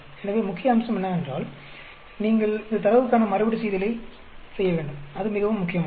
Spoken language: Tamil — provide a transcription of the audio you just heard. எனவே முக்கிய அம்சம் என்னவென்றால் நீங்கள் இந்த தரவுக்கான மறுபடிசெய்தலை செய்ய வேண்டும் அது மிகவும் முக்கியமானது